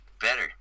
better